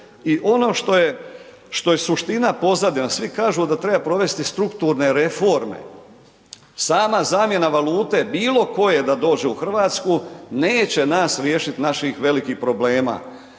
i ono što je suština pozadine, svi kažu da treba provesti strukturne reforme, sama zamjena valute bilokoje da dođe u Hrvatsku, neće nas riješiti naših velikih problema.